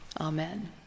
amen